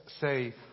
say